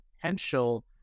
potential